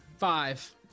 Five